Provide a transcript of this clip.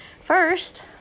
First